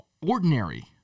ordinary